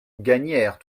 gagnaire